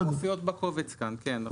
הן מופיעות בקובץ כאן.